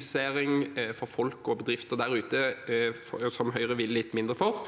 for folk og bedrifter der ute Høyre vil litt mindre for.